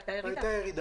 והייתה ירידה.